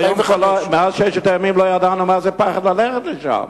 אבל מאז ששת הימים לא ידענו מה זה פחד כשהלכנו לשם,